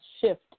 shift